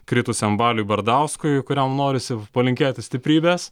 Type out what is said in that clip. kritusiam baliui bardauskui kuriam norisi palinkėti stiprybės